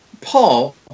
Paul